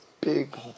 big